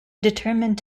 determined